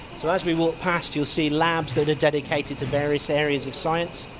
so as we walk past you'll see labs that are dedicated to various areas of science.